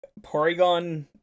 Porygon